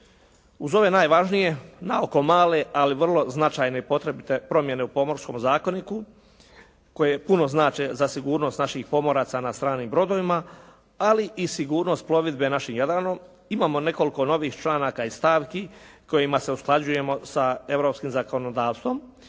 Uz ove najvažnije, naoko male, ali vrlo značajne i potrebite promjene u Pomorskom zakoniku koje puno znače za sigurnost naših pomoraca na stranim brodovima, ali i sigurnost plovidbe našim Jadranom, imamo nekoliko novih članaka i stavki kojima se usklađujemo sa europskim zakonodavstvom